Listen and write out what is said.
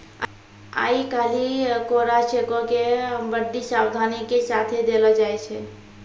आइ काल्हि कोरा चेको के बड्डी सावधानी के साथे देलो जाय छै